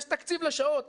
יש תקציב לשעות.